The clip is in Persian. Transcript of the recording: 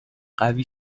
قوی